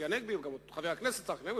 חבר הכנסת צחי הנגבי,